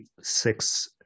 six